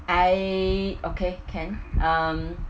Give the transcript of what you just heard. I okay can um